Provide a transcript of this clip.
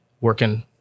working